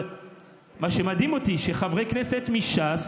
אבל מה שמדהים אותי הוא שחברי כנסת מש"ס